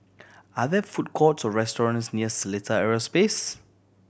are there food courts or restaurants near Seletar Aerospace